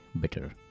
bitter